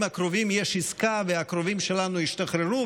הקרובים יש עסקה והקרובים שלנו ישתחררו,